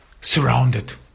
surrounded